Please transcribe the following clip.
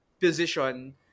position